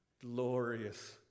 Glorious